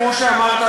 כמו שאמרת,